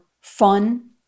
fun